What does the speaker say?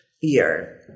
fear